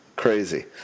Crazy